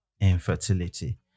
infertility